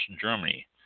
Germany